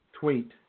tweet